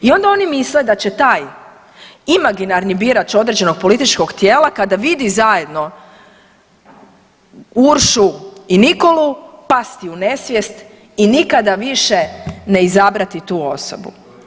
I onda oni misle da će taj imaginarni birač određenog političkog tijela kada vidi zajedno Uršu i Nikolu pasti u nesvijest i nikada više ne izabrati tu osobu.